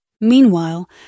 Meanwhile